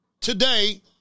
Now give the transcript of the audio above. today